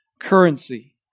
currency